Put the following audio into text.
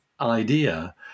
idea